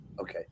Okay